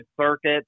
Circuit